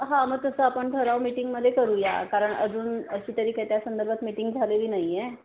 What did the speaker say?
हां मग तसं आपण ठराव मीटिंगमध्ये करूया कारण अजून अशी तरी काय त्या संदर्भात मिटिंग झालेली नाही आहे